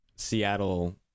Seattle